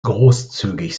großzügig